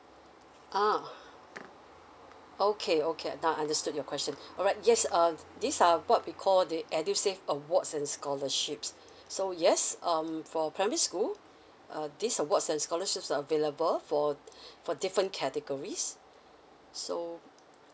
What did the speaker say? uh okay okay now I understood your question alright yes uh these are what we call the edusave awards and scholarships so yes um for primary school err these awards and scholarships are available for for different categories so